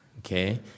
Okay